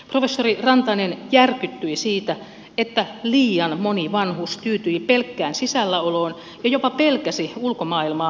professori rantanen järkyttyi siitä että liian moni vanhus tyytyi pelkkään sisällä oloon ja jopa pelkäsi ulkomaailmaa